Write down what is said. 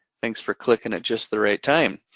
thanks for clicking at just the right time.